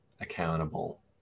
accountable